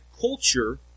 culture